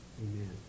amen